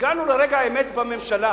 כשהגענו לרגע האמת בממשלה,